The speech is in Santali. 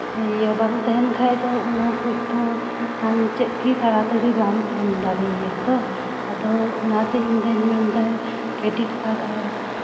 ᱤᱭᱟᱹ ᱵᱟᱝ ᱛᱟᱦᱮᱱ ᱠᱷᱟᱱ ᱫᱚ ᱚᱱᱟ ᱠᱚᱫᱚ ᱟᱢ ᱪᱮᱫ ᱜᱮ ᱛᱟᱲᱟᱛᱟᱹᱲᱤ ᱵᱟᱢ ᱮᱢ ᱫᱟᱲᱮᱭᱟᱭᱟ ᱛᱚ ᱟᱫᱚ ᱚᱱᱟᱛᱮ ᱤᱧ ᱫᱚᱧ ᱢᱮᱱᱫᱟ ᱠᱨᱮᱹᱰᱤᱴ ᱠᱟᱨᱰ ᱟᱨ